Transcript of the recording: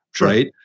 Right